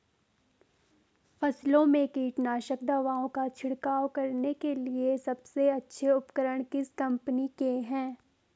फसलों में कीटनाशक दवाओं का छिड़काव करने के लिए सबसे अच्छे उपकरण किस कंपनी के हैं?